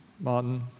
Martin